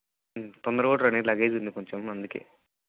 తొందరగా కూడా రండి లగేజ్ ఉంది కొంచెం అందుకని